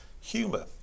humour